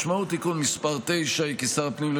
משמעות תיקון מס' 9 היא כי שר הפנים לא